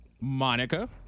Monica